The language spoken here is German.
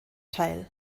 teil